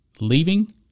leaving